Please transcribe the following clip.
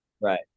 Right